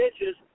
inches